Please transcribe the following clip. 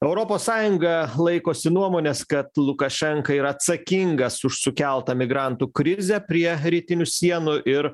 europos sąjunga laikosi nuomonės kad lukašenka yra atsakingas už sukeltą migrantų krizę prie rytinių sienų ir